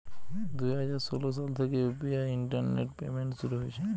দুই হাজার ষোলো সাল থেকে ইউ.পি.আই ইন্টারনেট পেমেন্ট শুরু হয়েছিল